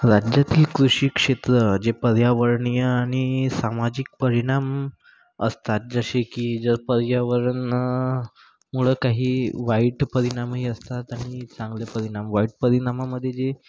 राज्यातील कृषी क्षेत्र जे पर्यावरणीय आणि सामाजिक परिणाम असतात जसे की जर पर्यावरणामुळं काही वाईट परिणामही असतात आणि चांगले परिणाम वाईट परिणामामध्ये जे